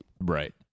right